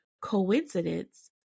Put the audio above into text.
coincidence